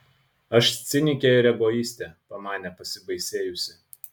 aš cinikė ir egoistė pamanė pasibaisėjusi